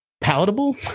palatable